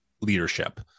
leadership